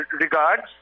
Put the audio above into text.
regards